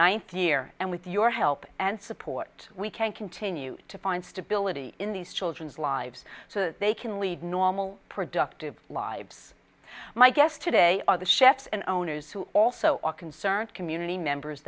thousand year and with your help and support we can continue to find stability in these children's lives so they can lead normal productive lives my guest today are the chefs and owners who also concerned community members